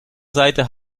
seite